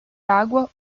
água